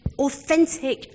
authentic